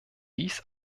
dies